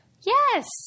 Yes